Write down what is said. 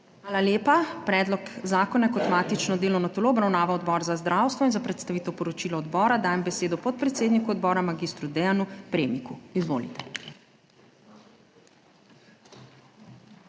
Hvala lepa. Predlog zakona je kot matično delovno telo obravnaval Odbor za zdravstvo in za predstavitev poročila odbora dajem besedo podpredsedniku odbora, magistru Dejanu Premiku. Izvolite.